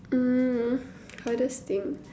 mm hardest thing